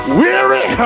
weary